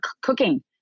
cooking